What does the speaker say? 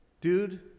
dude